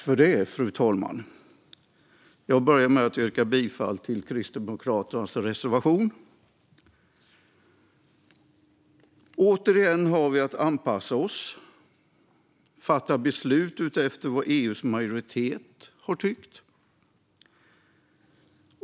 Fru talman! Jag vill börja med att yrka bifall till Kristdemokraternas reservation. Återigen har vi att anpassa oss och fatta beslut utefter vad EU:s majoritet har tyckt.